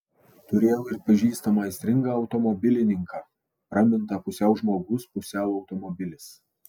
turėjau ir pažįstamą aistringą automobilininką pramintą pusiau žmogus pusiau automobilis